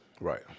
Right